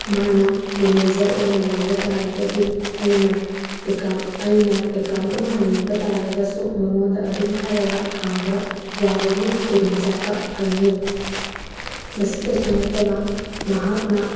ꯃꯥꯅ ꯃꯦꯅꯦꯖꯔ ꯑꯣꯏꯅ ꯂꯩꯕ ꯇꯥꯔꯒꯗꯤ ꯑꯩꯅ ꯑꯩꯅ ꯑꯦꯀꯥꯎꯟ ꯑꯃ ꯍꯥꯡꯅꯤꯡꯕ ꯇꯥꯔꯒꯁꯨ ꯃꯉꯣꯟꯗ ꯑꯗꯨꯝ ꯍꯥꯏꯔꯒ ꯍꯥꯡꯕ ꯌꯥꯕꯒꯤ ꯈꯨꯗꯣꯡꯆꯥꯕ ꯐꯪꯉꯤ ꯃꯁꯤꯇꯁꯨ ꯅꯠꯇꯅ ꯃꯍꯥꯛꯅ